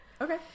Okay